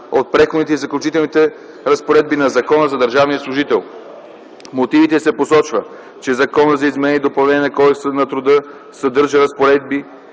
от Преходните и заключителни разпоредби на Закона за държавния служител. В мотивите се посочва, че Законът за изменение и допълнение на Кодекса на труда съдържа разпоредби,